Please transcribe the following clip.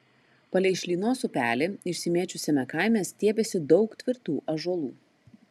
palei šlynos upelį išsimėčiusiame kaime stiebėsi daug tvirtų ąžuolų